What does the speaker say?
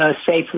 safely